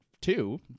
two